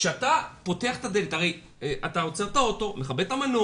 אתה עוצר את האוטו, מכבה את המנוע,